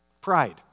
Pride